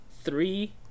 three